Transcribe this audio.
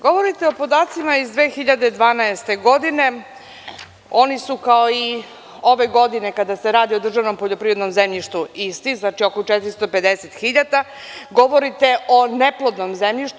Govorite o podacima iz 2012. godine, oni su kao i ove godine, kada se radi o državnom poljoprivrednom zemljištu isti, oko 450.000, govorite o neplodnom zemljištu.